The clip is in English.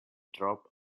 dropped